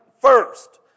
first